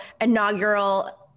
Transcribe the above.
inaugural